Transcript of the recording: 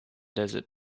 desert